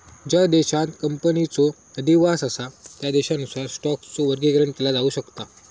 ज्या देशांत कंपनीचो अधिवास असा त्या देशानुसार स्टॉकचो वर्गीकरण केला जाऊ शकता